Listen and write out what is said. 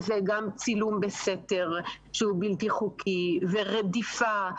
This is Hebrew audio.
זה כלל צילום בסתר, שהוא בלתי חוקי, זה כלל רדיפה,